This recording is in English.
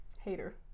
Hater